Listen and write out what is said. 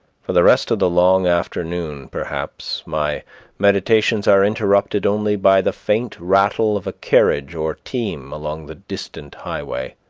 for the rest of the long afternoon, perhaps, my meditations are interrupted only by the faint rattle of a carriage or team along the distant highway.